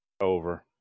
over